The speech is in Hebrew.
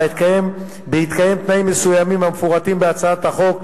בהתקיים תנאים מסוימים המפורטים בהצעת החוק,